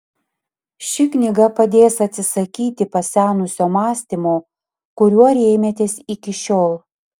ši knyga padės atsisakyti pasenusio mąstymo kuriuo rėmėtės iki šiol